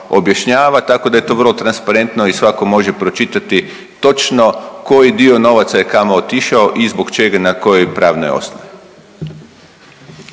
tako da je to vrlo transparentno i svako može pročitati točno koji dio novaca je kamo otišao i zbog čega na kojoj pravnoj osnovni.